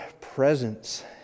presence